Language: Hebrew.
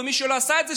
ומי שלא עשה את זה,